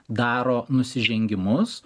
daro nusižengimus